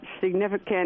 significant